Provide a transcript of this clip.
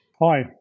Hi